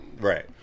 Right